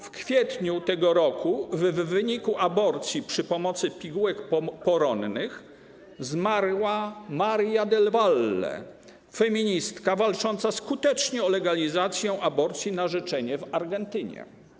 W kwietniu tego roku w wyniku aborcji przy pomocy pigułek poronnych zmarła María del Valle - feministka walcząca skutecznie o legalizację aborcji na życzenie w Argentynie.